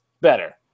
better